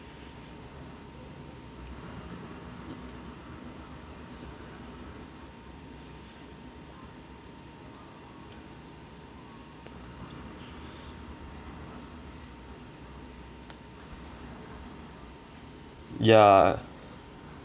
ya